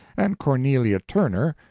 and cornelia turner,